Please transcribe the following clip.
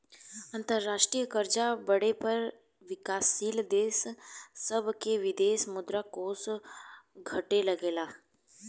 अंतरराष्ट्रीय कर्जा बढ़े पर विकाशील देश सभ के विदेशी मुद्रा कोष घटे लगेला